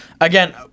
again